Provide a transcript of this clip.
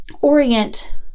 orient